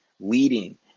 leading